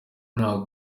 nta